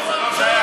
לא, זה לא שייך.